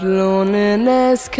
loneliness